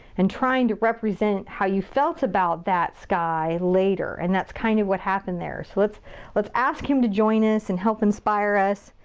and trying to represent how you felt about that sky later. and that's kinda kind of what happened there. so, let's let's ask him to join us and help inspire us.